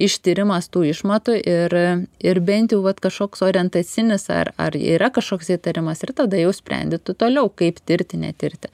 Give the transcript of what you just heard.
ištyrimas tų išmatų ir ir bent jau vat kažkoks orientacinis ar ar yra kažkoks įtarimas ir tada jau sprendi tu toliau kaip tirti netirti